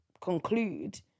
conclude